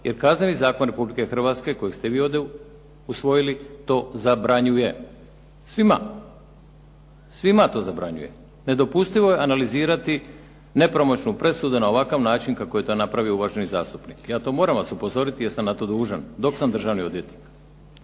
jer Kazneni zakon Republike Hrvatske, kojeg ste vi ovdje usvojili, to zabranjuje. Svima to zabranjuje. Nedopustivo je analizirati nepravomoćnu presudu na ovakav način kako je to napravio uvaženi zastupnik. Ja to moram vas upozoriti jer sam na to dužan, dok sam državni odvjetnik.